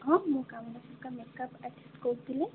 ହଁ makeup artist କହୁଥିଲି